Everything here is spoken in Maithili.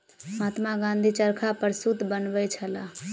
महात्मा गाँधी चरखा पर सूत बनबै छलाह